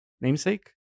Namesake